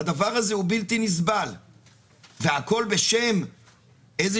הדבר הזה הוא בלתי נסבל והכול בשם איזה